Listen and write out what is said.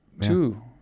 two –